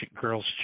Girls